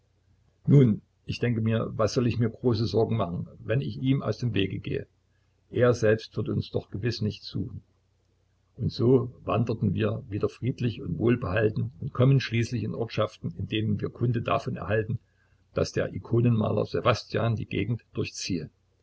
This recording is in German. nun denke ich mir was soll ich mir große sorgen machen wenn ich ihm aus dem wege gehe er selbst wird uns doch gewiß nicht suchen und so wandern wir wieder friedlich und wohlbehalten und kommen schließlich in ortschaften in denen wir kunde davon erhalten daß der ikonenmaler ssewastjan die gegend durchziehe